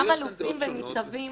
עם אלופים וניצבים